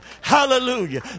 Hallelujah